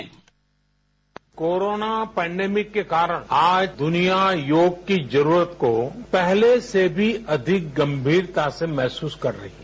sound bite corona pandemic के कारण आज दुनिया योग की जरूरत को पहले से भी अधिक गंभीरता से महसूस कर रही है